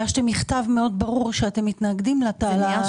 הגשתם מכתב מאוד ברור שאתם מתנגדים לאקט הזה.